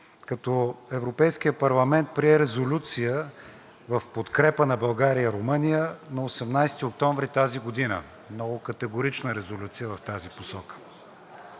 като Европейският парламент прие резолюция в подкрепа на България и Румъния на 18 октомври тази година. Много категорична е резолюцията в тази посока.